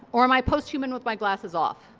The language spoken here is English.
or am i past-human with my glasses off?